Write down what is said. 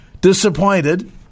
disappointed